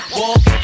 walk